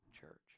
church